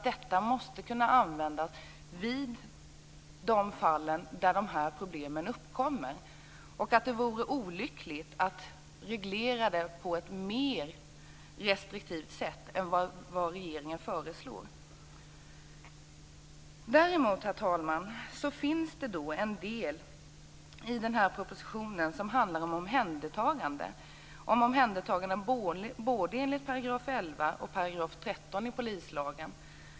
Den måste kunna användas då dessa problem uppkommer. Det vore olyckligt att reglera den på ett mer restriktivt sätt än vad regeringen föreslår. Det finns, herr talman, en del i propositionen som handlar om omhändertagande både enligt § 11 och § 13 i polislagen.